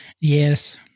Yes